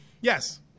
Yes